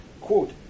quote